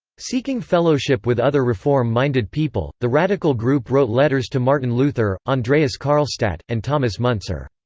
seeking fellowship with other reform-minded people, the radical group wrote letters to martin luther, andreas karlstadt, and thomas muntzer.